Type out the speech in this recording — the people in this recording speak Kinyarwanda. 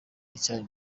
iracyari